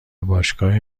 باشگاه